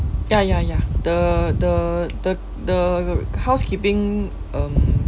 ya ya ya the the the the housekeeping um